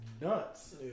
nuts